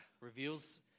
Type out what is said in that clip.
reveals